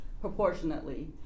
Proportionately